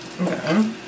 Okay